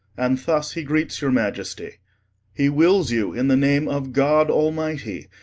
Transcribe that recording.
and thus he greets your maiestie he wills you in the name of god almightie,